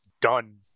done